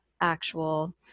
actual